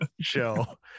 Show